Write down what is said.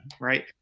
right